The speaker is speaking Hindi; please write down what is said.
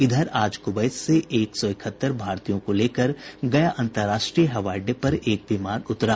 इधर आज कुवैत से एक सौ इकहत्तर भारतीयों को लेकर गया अंतर्राष्ट्रीय हवाई अड्डे पर एक विमान उतरा